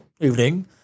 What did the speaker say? evening